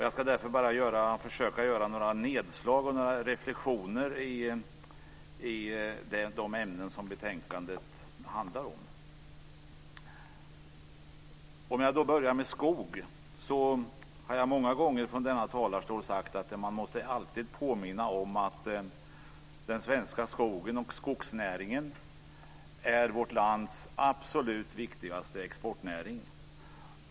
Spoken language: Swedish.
Jag ska därför bara försöka göra några nedslag och några reflexioner i de ämnen som betänkandet handlar om. Om jag börjar med skogen har jag många gånger från denna talarstol sagt att man alltid måste påminna om att den svenska skogen och skogsnäringen är vårt lands absolut viktigaste exportnäring.